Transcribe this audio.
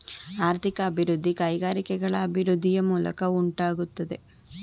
ಆರ್ಥಿಕ ಅಭಿವೃದ್ಧಿ ಕೈಗಾರಿಕೆಗಳ ಅಭಿವೃದ್ಧಿಯ ಮೂಲಕ ಉಂಟಾಗುತ್ತದೆ